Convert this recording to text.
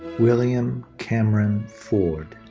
william cameron ford.